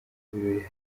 birori